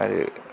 आरो